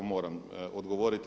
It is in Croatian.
Moram odgovoriti.